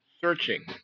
searching